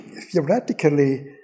theoretically